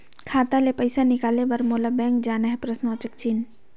खाता ले पइसा निकाले बर मोला बैंक जाना हे?